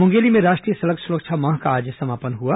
मुंगेली में राष्ट्रीय सड़क सुरक्षा माह का आज समापन हुआ